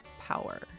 power